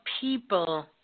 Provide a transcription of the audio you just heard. people